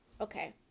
okay